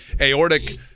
Aortic